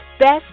Best